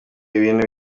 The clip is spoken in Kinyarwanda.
ibintu